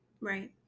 Right